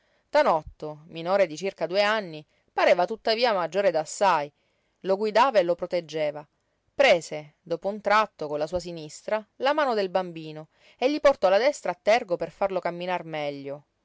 tanotto minore di circa due anni pareva tuttavia maggiore d'assai lo guidava e lo proteggeva prese dopo un tratto con la sua sinistra la mano del bambino e gli portò la destra a tergo per farlo camminar meglio